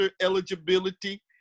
eligibility